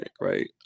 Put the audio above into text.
right